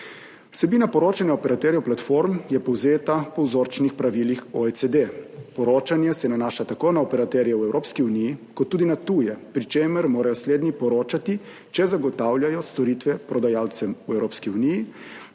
Vsebina poročanja operaterjev platform je povzeta po vzorčnih pravilih OECD. Poročanje se nanaša tako na operaterje v Evropski uniji kot tudi na tuje, pri čemer morajo slednji poročati, če zagotavljajo storitve prodajalcem v Evropski uniji